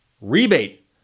rebate